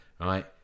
Right